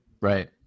Right